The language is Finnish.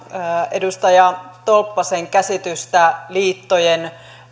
edustaja tolppasen käsitystä liittojen